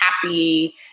happy